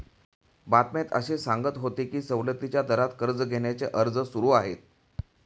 बातम्यात असे सांगत होते की सवलतीच्या दरात कर्ज घेण्याचे अर्ज सुरू आहेत